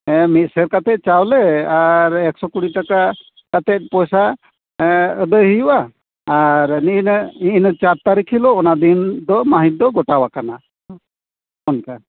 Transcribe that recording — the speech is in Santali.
ᱢᱤᱫ ᱥᱮᱨ ᱠᱟᱛᱮ ᱪᱟᱣᱞᱮ ᱟᱨ ᱮᱠᱥᱚ ᱠᱩᱲᱤ ᱴᱟᱠᱟ ᱠᱟᱛᱮ ᱯᱚᱭᱥᱟ ᱟᱹᱫᱟᱹᱭ ᱦᱩᱭᱩᱜᱼᱟ ᱟᱨ ᱱᱤᱜᱼᱟᱹ ᱱᱤᱭᱟᱹ ᱪᱟᱨ ᱛᱟᱨᱤᱠᱷ ᱦᱤᱞᱳᱜ ᱚᱱᱟ ᱫᱤᱱ ᱫᱚ ᱢᱟᱹᱦᱤᱛ ᱫᱚ ᱜᱚᱴᱟᱣᱟᱠᱟᱱᱟ ᱚᱱᱠᱟ